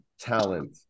talent